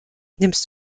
nimmst